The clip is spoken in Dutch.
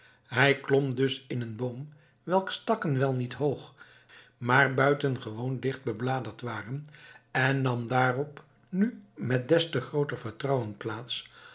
hij klom dus in een boom welks takken wel niet hoog maar buitengewoon dicht bebladerd waren en nam daarop nu met des te grooter vertrouwen plaats